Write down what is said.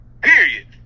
period